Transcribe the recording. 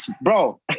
bro